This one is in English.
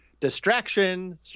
Distraction